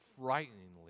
frighteningly